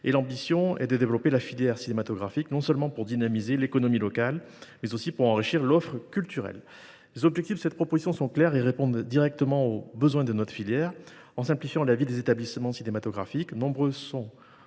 Notre ambition est de développer la filière cinématographique, non seulement pour dynamiser l’économie locale, mais aussi pour enrichir l’offre culturelle. Les objectifs de cette proposition de loi sont clairs et répondent directement aux besoins de notre filière en simplifiant la vie des établissements cinématographiques,